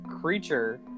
creature